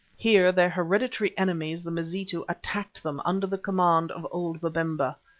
here their hereditary enemies, the mazitu, attacked them under the command of old babemba.